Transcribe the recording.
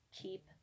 Keep